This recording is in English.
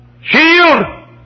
shield